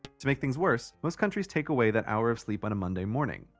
to make things worse, most countries take away that hour of sleep on a monday morning.